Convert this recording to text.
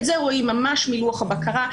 את זה רואים ממש מלוח הבקרה.